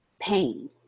pain